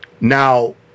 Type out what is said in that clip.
Now